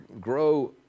grow